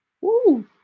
Woo